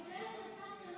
אני עוזרת לשר, שלא